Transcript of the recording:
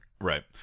Right